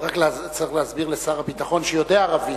רק צריך להסביר לשר הביטחון, שיודע ערבית,